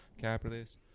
capitalist